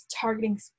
targeting